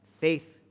faith